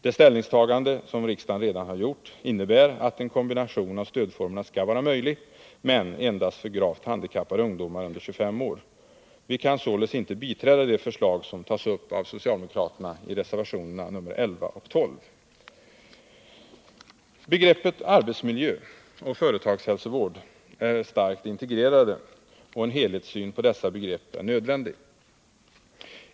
Det ställningstagande som riksdagen redan har gjort innebär att en kombination av stödformerna skall vara möjlig, men endast för gravt handikappade ungdomar under 25 år. Vi kan således inte biträda de förslag som tas upp av socialdemokraterna i reservationerna 11 och 12. Begreppen arbetsmiljö och företagshälsovård är starkt integrerade, och en helhetssyn på dessa begrepp är nödvändig.